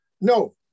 no